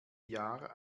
jahr